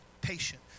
patient